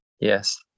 Yes